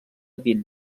vine